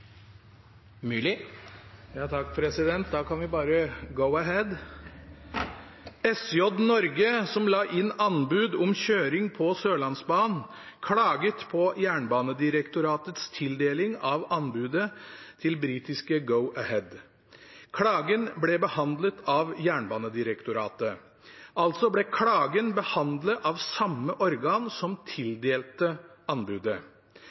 Da kan vi bare Go-Ahead! «SJ Norge, som la inn anbud om kjøring på Sørlandsbanen, klaget på Jernbanedirektoratets tildeling av anbudet til britiske Go-Ahead. Klagen ble behandlet av Jernbanedirektoratet. Altså ble klagen behandlet av samme organ som tildelte anbudet.